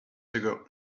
ago